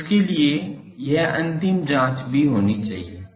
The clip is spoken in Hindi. तो उसके लिए यह अंतिम जाँच भी होनी चाहिए